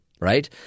right